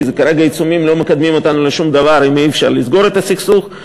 כי כרגע העיצומים לא מקדמים אותנו לשום דבר אם אי-אפשר לסגור את הסכסוך,